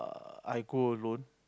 err I go alone